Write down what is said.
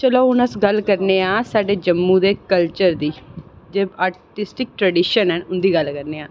चलो हून अस गल्ल करने आं साढ़े जम्मू दे कल्चर दी जे डिस्ट्रिक ट्रडीशन ऐं उं'दी गल्ल करने आं